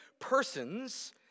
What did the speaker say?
persons